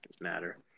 matter